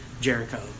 Jericho